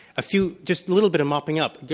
a few, just a little bit of mopping up.